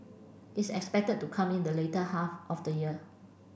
is expected to come in the later half of the year